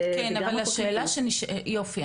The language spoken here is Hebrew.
יופי,